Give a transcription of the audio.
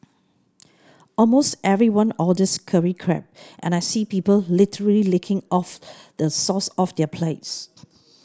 almost everyone orders curry crab and I see people literally licking of the sauce off their plates